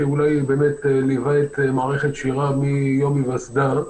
ליוויתי את מערכת שיר"ה מיום היווסדה.